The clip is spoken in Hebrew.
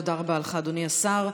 תודה רבה לך, אדוני השר.